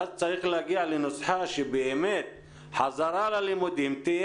צריך להגיע לנוסחה שבאמת חזרה ללימודים תהיה